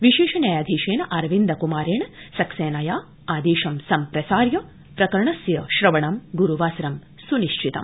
विशेष न्यायाधीशेन अरविन्ध क्मारेण सक्सेनया आपेशं सम्प्रसार्य प्रकरणस्य श्रवणं ग्रूवासरं स्निश्चितम्